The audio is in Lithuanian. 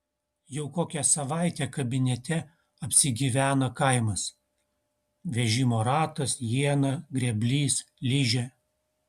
jau kokią savaitę kabinete apsigyvena kaimas vežimo ratas iena grėblys ližė